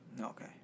Okay